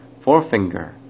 forefinger